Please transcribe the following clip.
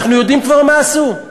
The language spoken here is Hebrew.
אנחנו יודעים כבר מה עשו.